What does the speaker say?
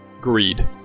Greed